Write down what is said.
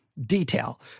detail